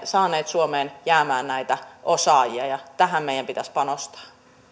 saaneet suomeen jäämään näitä osaajia ja tähän meidän pitäisi panostaa